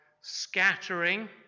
scattering